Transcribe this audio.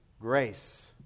grace